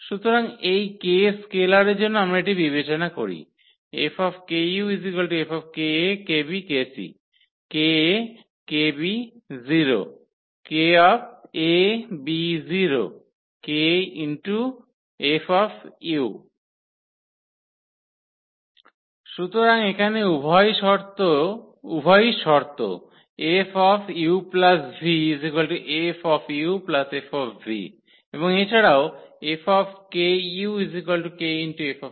সুতরাং এই k স্কেলারের জন্য আমরা এটি বিবেচনা করি সুতরাং এখানে উভয়ই শর্ত 𝐹 uv 𝐹 𝐹 এবং এছাড়াও 𝐹 𝑘u 𝑘 𝐹